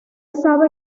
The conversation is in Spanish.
sabe